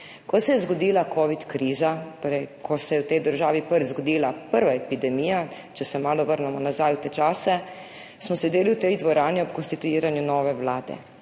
Ko se je zgodila covid kriza, torej ko se je v tej državi prvič zgodila prva epidemija, če se malo vrnemo v te čase, smo sedeli v tej dvorani ob konstituiranju nove vlade.